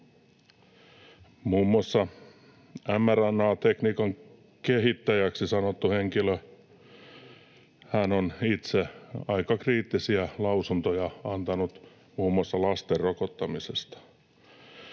Muun muassa mRNA-tekniikan kehittäjäksi sanottu henkilö on itse antanut aika kriittisiä lausuntoja muun muassa lasten rokottamisesta.